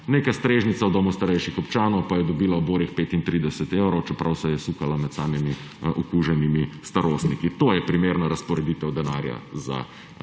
Neka strežnica v domu starejših občanov pa je dobila borih 35 evrov, čeprav se je sukala med samimi okuženimi starostniki. To je primerna razporeditev denarja za